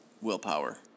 willpower